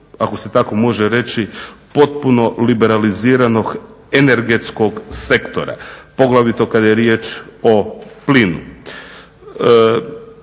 ako se tako može reći potpuno liberaliziranog energetskog sektora poglavito kada je riječ o plinu.